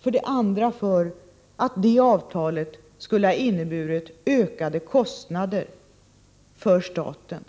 För det andra fanns det en risk för att avtalet skulle innebära ökade kostnader för staten.